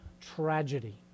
tragedy